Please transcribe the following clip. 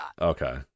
Okay